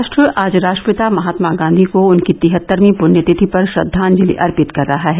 राष्ट्र आज राष्ट्रपिता महात्मा गांवी को उनकी तिहत्तरवीं पृण्यतिथि पर श्रद्वांजलि अर्पित कर रहा है